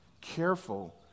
careful